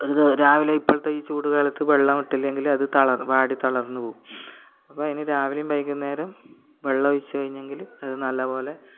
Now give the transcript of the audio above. രാവിലെ ഇപ്പോഴത്തെ ഈ ചൂട് കാലത്ത് വെള്ളം ഇട്ടില്ലങ്കിലത് ത വാടി തളർന്ന് പോകും അപ്പം അതിന് രാവിലേം വൈകുന്നേരം വെള്ളമൊഴിച്ച് കഴിഞ്ഞങ്കിൽ അത് നല്ലത് പോലെ